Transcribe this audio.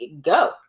go